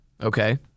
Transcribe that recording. okay